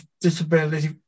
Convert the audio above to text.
disability